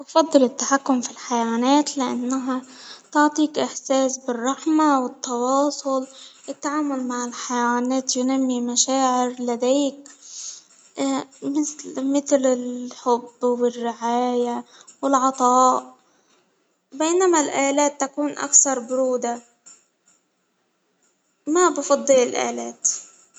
أفضل التحكم في الحيوانات لأنها تعطيك إحساس بالرحمة والتواصل، التعامل مع الحيوانات ينمي مشاعر لديك ا متل-مثل الحب والرعاية والعطاء، بينما الآلات تكون أكثر برودة. ما بفضل الآلات.